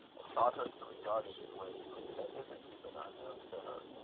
and taught her to regard it in ways which had hitherto been unknown to her.